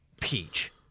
peach